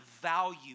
value